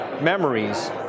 memories